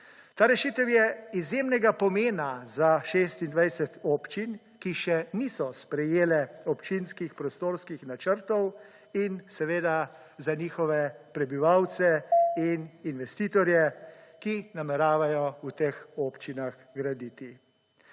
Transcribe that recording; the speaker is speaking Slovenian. Ta rešitev je izjemnega pomena za 26 občin, ki še niso sprejele občinskih, prostorskih načrtov in seveda za njihove prebivalce in investitorje, ki nameravajo v teh občinah graditi.